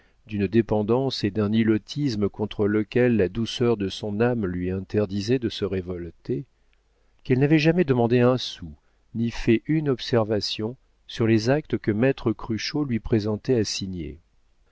d'une dépendance et d'un ilotisme contre lequel la douceur de son âme lui interdisait de se révolter qu'elle n'avait jamais demandé un sou ni fait une observation sur les actes que maître cruchot lui présentait à